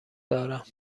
دارم